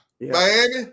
Miami